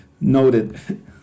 Noted